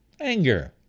Anger